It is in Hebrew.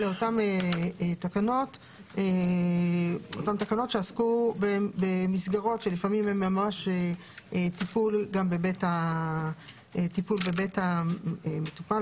אלה אותן תקנות שעסקו במסגרות שלפעמים הן היו טיפול בבית המטופל,